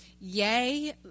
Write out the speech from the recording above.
Yay